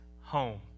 home